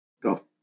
Go